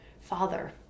Father